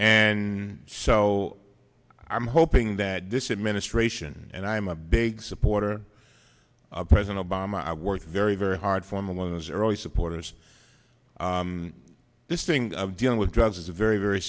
ann so i'm hoping that this administration and i'm a big supporter of president obama i worked very very hard for me one of those early supporters this thing of dealing with drugs is a very very